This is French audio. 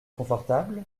confortable